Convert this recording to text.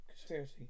Conspiracy